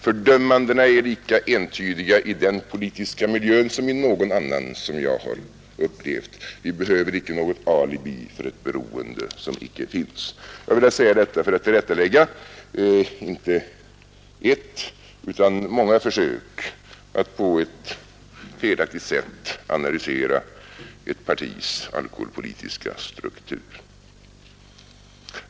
Fördömandena är lika entydiga i denna politiska miljö som i någon annan som jag upplevt. Vi behöver icke något alibi för ett beroende som inte finns. Jag har velat säga detta för att tillrättalägga inte ett utan många försök att på ett felaktigt sätt analysera ett partis alkoholpolitiska struktur.